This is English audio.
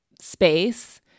space